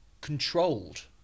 controlled